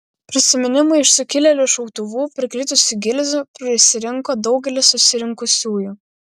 prisiminimui iš sukilėlių šautuvų prikritusių gilzių prisirinko daugelis susirinkusiųjų